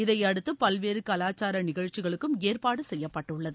இதையடுத்து பல்வேற கலாச்சார நிகழ்ச்சிகளுக்கும் ஏற்பாடு செய்யப்பட்டுள்ளது